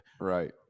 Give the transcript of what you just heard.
right